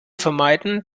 vermeiden